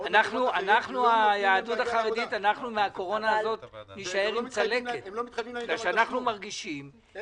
ובמקומות נוספים לא נותנים להגיע לעבודה והם לא מתחייבים להם